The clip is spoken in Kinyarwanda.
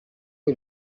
iri